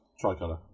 tricolor